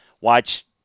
Watch